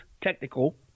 technical